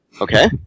Okay